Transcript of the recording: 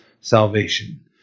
salvation